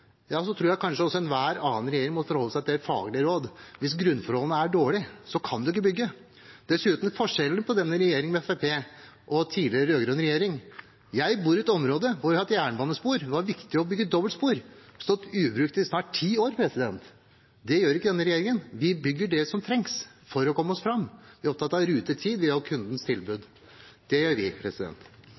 tror jeg kanskje enhver annen regjering må forholde seg til et faglig råd. Hvis grunnforholdene er dårlige, kan man ikke bygge. Det er forskjell på denne regjeringen med Fremskrittspartiet og tidligere rød-grønn regjering. Jeg bor i et område der det var ett jernbanespor og viktig å få bygget dobbeltspor. Det har stått ubrukt i snart ti år. Slikt gjør ikke denne regjeringen. Vi bygger det som trengs for å komme oss fram. Vi er opptatt av rutetider og tilbudet til kunden. Det er det vi